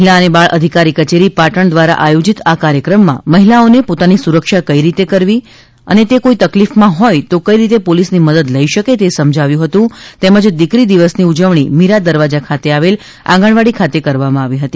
મહિલા અને બાળ અધિકારી કચેરી પાટણ દ્વારા આયોજિત આ કાર્યક્રમમાં મહિલાઓને પોતાની સુરક્ષા કઇ રીતે કરવી અને તે કોઈ તકલીફમાં હોથ તો કઈ રીતે તે પોલીસની મદદ લઇ શકે તે સમજાવ્યું તેમજ દિકરી દિવસની ઉજવણી મીરાદરવાજા ખાતે આવેલ આંગણવાડી ખાતે કરવામાં આવી હતી